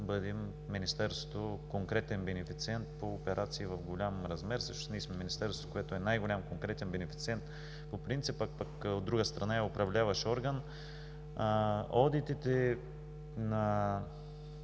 ние, Министерството, да бъдем конкретен бенефициент по операции в голям размер. Всъщност ние сме Министерството, което е най-голям конкретен бенефициент по принцип, а пък от друга страна е управляващ орган. Одитите,